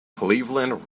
cleveland